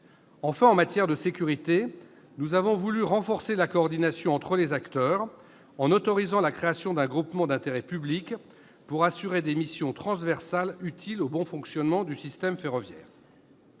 En matière de sécurité, nous avons voulu renforcer la coordination entre les acteurs en autorisant la création d'un groupement d'intérêt public pour assurer des missions transversales utiles au bon fonctionnement du système ferroviaire.